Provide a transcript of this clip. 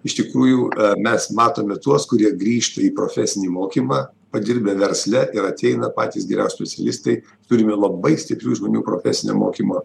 iš tikrųjų mes matome tuos kurie grįžta į profesinį mokymą padirbę versle ir ateina patys geriaus specialistai turime labai stiprių žmonių profesinio mokymo